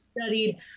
studied